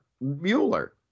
Mueller